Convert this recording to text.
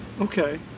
Okay